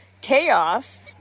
chaos